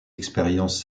expériences